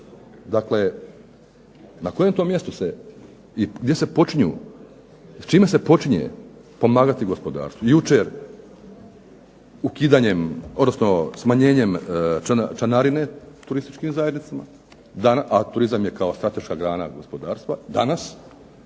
dakle na kojem to mjestu se i gdje se počinju, čime se počinje pomagati gospodarstvu? Jučer ukidanjem, odnosno smanjenjem članarine turističkim zajednicama, a turizam je kao strateška grana gospodarstva, danas